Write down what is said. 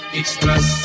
express